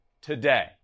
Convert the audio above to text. today